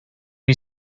you